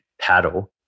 paddle